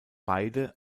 beide